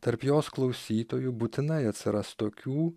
tarp jos klausytojų būtinai atsiras tokių